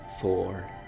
four